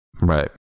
Right